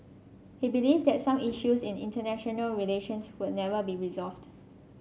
he believed that some issues in international relations would never be resolved